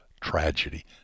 tragedy